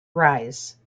rise